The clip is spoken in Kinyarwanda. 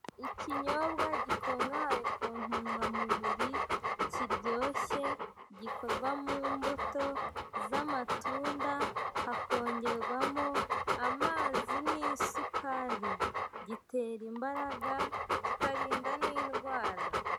Ikinyobwa gikungahaye ku ntungamubiri kiryoshye, gikorwa mu mbutoo z'amatunda hakongerwamo amazi n'isukari, gitera imbaraga kikarinda n'indwara.